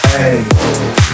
Hey